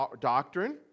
doctrine